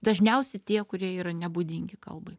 dažniausi tie kurie yra nebūdingi kalbai